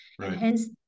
hence